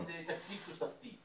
זה תקציב תוספתי.